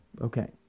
Okay